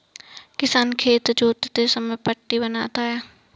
किसान खेत जोतते समय पट्टी बनाता है